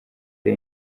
the